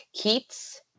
Keats